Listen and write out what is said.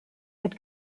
had